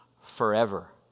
forever